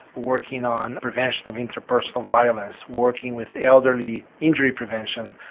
working on the prevention of interpersonal violence, working with elderly injury prevention.